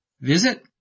visit